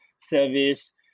Service